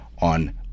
on